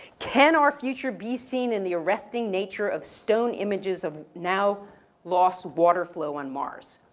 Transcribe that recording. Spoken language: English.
can our future be seen in the arresting nature of stone images of now lost water flow on mars?